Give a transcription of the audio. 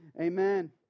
Amen